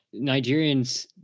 Nigerians